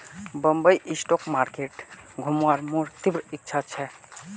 Bombay stock market घुमवार मोर तीव्र इच्छा छ